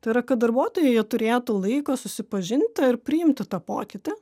tai yra kad darbuotojai turėtų laiko susipažinti ir priimti tą pokytį